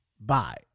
bye